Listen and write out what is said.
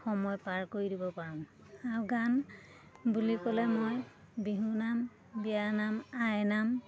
সময় পাৰ কৰি দিব পাৰোঁ আৰু গান বুলি ক'লে মই বিহুনাম বিয়ানাম আইনাম